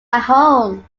home